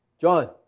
John